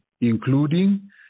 including